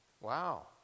Wow